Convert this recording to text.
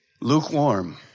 Lukewarm